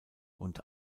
und